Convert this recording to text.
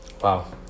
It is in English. Wow